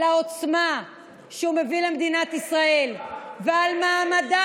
על העוצמה שהוא מביא למדינת ישראל ועל מעמדה